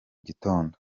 gitondo